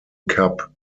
cup